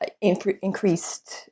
increased